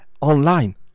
online